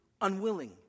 unwilling